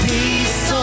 Peace